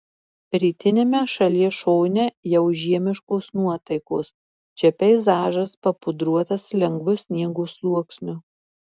rytiniame šalies šone jau žiemiškos nuotaikos čia peizažas papudruotas lengvu sniego sluoksniu